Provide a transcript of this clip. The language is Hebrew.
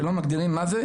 שלא מגדירים מה זה?